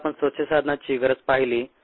मग आपण स्वच्छ साधनाची गरज पाहिली